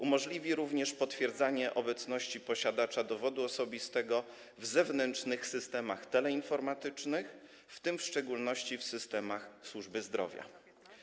Umożliwi również potwierdzanie obecności posiadacza dowodu osobistego w zewnętrznych systemach teleinformatycznych, w tym w szczególności w systemach służby zdrowia.